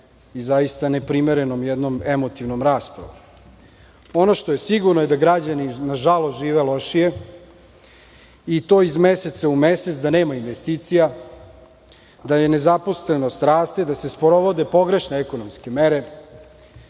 i zaista neprimerenom jednom emotivnom raspravom. Ono što je sigurno je da građani nažalost, žive lošije i to iz meseca u mesec, da nema investicija, da nezaposlenost raste, da se sporo vode pogrešne ekonomske mere,